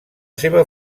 seva